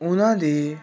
ਉਹਨਾਂ ਦੇ